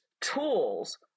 tools